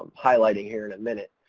um highlighting here in a minute,